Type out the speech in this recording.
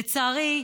לצערי,